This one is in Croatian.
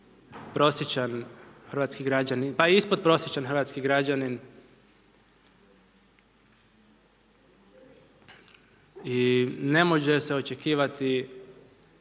prosječan hrvatski građanin, pa i ispod prosječan hrvatski građanin. I ne može se očekivati,